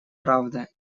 правда